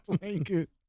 blanket